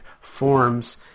forms